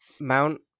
mount